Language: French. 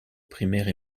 primaire